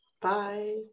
Bye